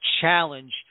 challenge